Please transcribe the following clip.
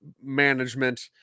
management